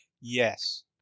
Yes